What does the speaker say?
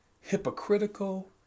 Hypocritical